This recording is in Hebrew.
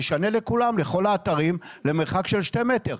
נשנה לכולם בכל האתרים למרחק של שני מטרים.